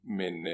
men